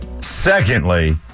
Secondly